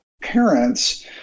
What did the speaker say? parents